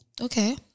Okay